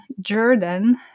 Jordan